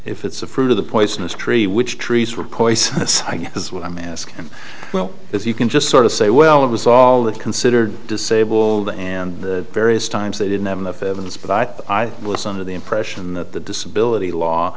if it's a fruit of the poisonous tree which trees were poisonous i guess is what i'm asking well if you can just sort of say well it was all that considered disabled and various times they didn't have enough evidence but i was under the impression that the disability law